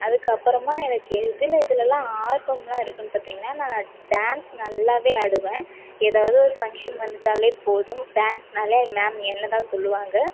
அதுக்கு அப்புறமா எனக்கு எதில் எதுலெலாம் ஆர்வமெலாம் இருக்குதுன் பார்த்திங்கன்னா நான் டேன்ஸ் நல்லாவே ஆடுவேன் ஏதாவது ஒரு ஃபங்ஷன் வந்துவிட்டாலே போதும் டான்ஸ்னாலே மேம் என்னை தான் சொல்லுவாங்க